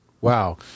Wow